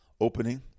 opening